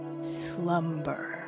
slumber